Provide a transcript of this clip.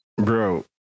bro